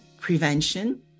prevention